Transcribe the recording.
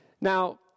Now